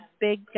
big